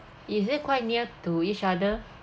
is it quite near to each other